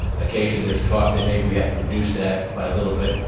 occasionally there's talk that maybe we have to reduce that by a little bit.